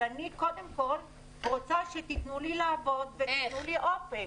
אבל אני קודם כל רוצה שתיתנו לי לעבוד ותיתנו לי אופק.